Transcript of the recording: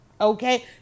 okay